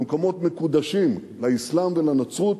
מקומות מקודשים לאסלאם ולנצרות,